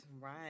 Right